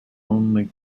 only